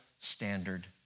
standard